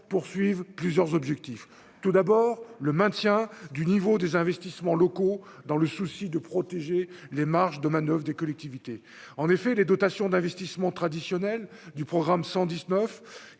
poursuivent plusieurs objectifs : tout d'abord le maintien du niveau des investissements locaux dans le souci de protéger les marges de manoeuvre des collectivités en effet les dotations d'investissement traditionnel du programme 119